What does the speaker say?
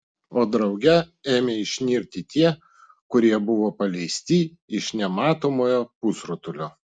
o drauge ėmė išnirti tie kurie buvo paleisti iš nematomojo pusrutulio